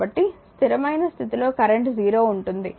కాబట్టి స్థిరమైన స్థితిలో కరెంట్ 0 ఉంటుంది